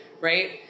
right